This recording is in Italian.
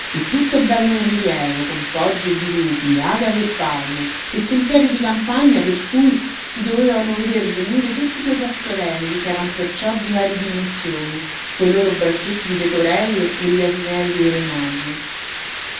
e tutto bello in rilievo con poggi e dirupi agavi e palme e sentieri di campagna per cui si dovevano veder venire tutti quei pastorelli ch'eran perciò di varie dimensioni coi loro branchetti di pecorelle e gli asinelli e i re magi